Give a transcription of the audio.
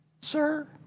sir